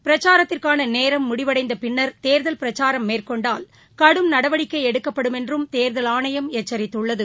பிரச்சாரம் முடிவடைந்த பின்னா் தேர்தல் பிரச்சாரம் மேற்கொண்டால் கடும் நடவடிக்கை எடுக்கப்படும் என்றும் தேர்தல் ஆணையம் எச்சரித்துள்ளது